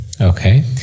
Okay